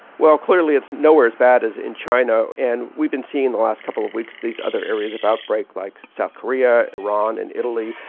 well, clearly, it's nowhere as bad as in china. and we've been seeing the last couple of weeks these other areas of outbreak, like south korea, iran and italy,